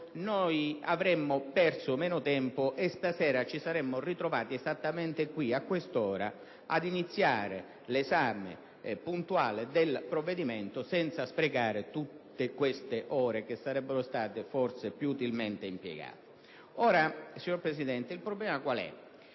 noi avremmo perso meno tempo e stasera ci saremmo ritrovati esattamente qui, a quest'ora, ad iniziare l'esame puntuale del disegno di legge senza sprecare tutto questo tempo, che sarebbe stato forse più utilmente impiegato. Ora, signor Presidente, il problema è